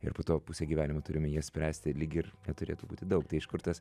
ir po to pusę gyvenimo turime ją spręsti lyg ir neturėtų būti daug tai iš kur tas